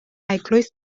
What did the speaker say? eglwys